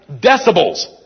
decibels